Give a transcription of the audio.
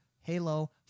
Halo